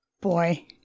boy